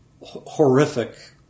horrific